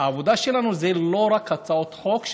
שהעבודה שלנו זה לא רק הצעות חוק,